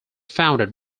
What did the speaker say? founded